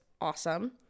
awesome